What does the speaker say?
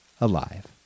alive